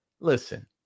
Listen